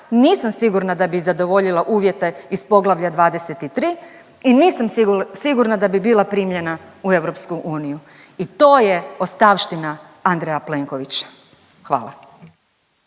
nisam sigurna da bi zadovoljila uvjete iz poglavlja 23. i nisam sigurna da bi bila primljena u EU. I to je ostavština Andreja Plenkovića. Hvala.